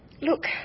Look